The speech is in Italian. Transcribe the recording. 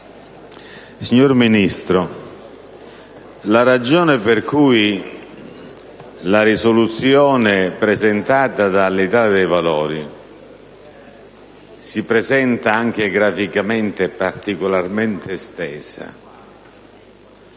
signor Ministro, la ragione per cui la risoluzione presentata dall'Italia dei Valori si manifesta, anche graficamente, come particolarmente estesa